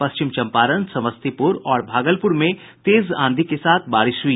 पश्चिम चंपारण समस्तीपुर और भागलपुर में तेज आंधी के साथ बारिश हुई